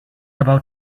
about